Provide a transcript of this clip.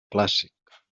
clàssic